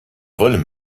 wollen